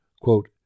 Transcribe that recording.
Quote